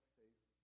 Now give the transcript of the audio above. faith